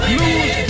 lose